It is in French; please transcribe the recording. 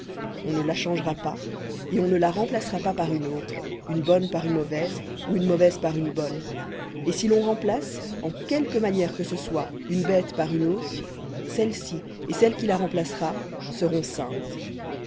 on ne la changera pas et on ne la remplacera pas par une autre une bonne par une mauvaise ou une mauvaise par une bonne et si l'on remplace en quelque manière que ce soit une bête par une autre celle-ci et celle qui la remplacera seront saintes